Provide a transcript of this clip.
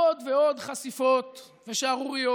עוד ועוד חשיפות ושערוריות